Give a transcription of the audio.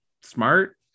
smart